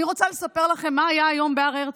אני רוצה לספר לכם מה היה היום בהר הרצל.